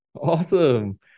Awesome